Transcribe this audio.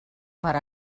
per